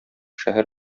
шәһәр